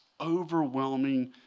overwhelming